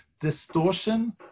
distortion